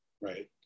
Right